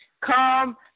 Come